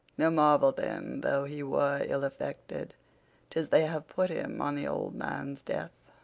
no marvel then though he were ill affected tis they have put him on the old man's death,